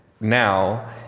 now